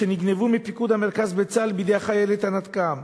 שנגנבו מפיקוד המרכז וצה"ל בידי החיילת ענת קם.